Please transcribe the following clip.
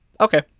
Okay